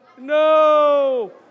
No